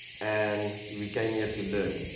and we came here to learn,